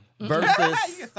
versus